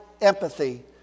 empathy